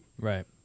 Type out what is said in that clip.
Right